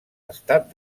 estat